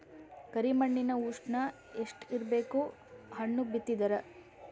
ಕರಿ ಮಣ್ಣಿನ ಉಷ್ಣ ಎಷ್ಟ ಇರಬೇಕು ಹಣ್ಣು ಬಿತ್ತಿದರ?